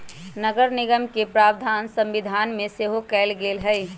नगरनिगम के प्रावधान संविधान में सेहो कयल गेल हई